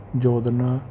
ਜੋਦਨਾ